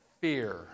fear